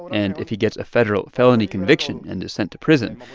and if he gets a federal felony conviction and is sent to prison,